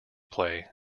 play